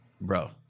Bro